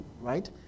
Right